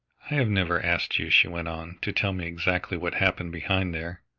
i have never asked you, she went on, to tell me exactly what happened behind there.